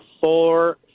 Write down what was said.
four